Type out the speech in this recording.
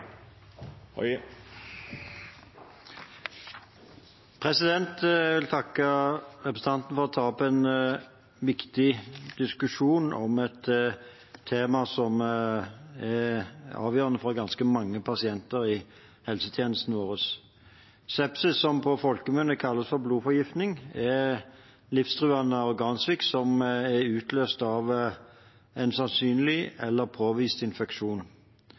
Jeg vil takke representanten for at hun tar opp en viktig diskusjon om et tema som er avgjørende for ganske mange pasienter i helsetjenesten vår. Sepsis, som på folkemunne kalles blodforgiftning, er livstruende organsvikt som er utløst av en sannsynlig eller påvist infeksjon.